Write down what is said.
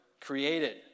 created